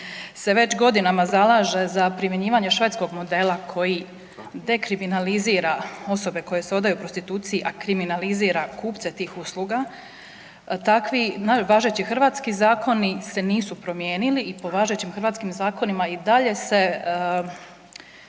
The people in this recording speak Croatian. se već godinama zalaže za primjenjivanje švedskog modela koji …… dekriminalizira osobe koje se odaju prostituciji, a kriminalizira kupce tih usluga takvi važeći hrvatski zakoni se nisu promijenili i po važećim hrvatskim zakonima i dalje se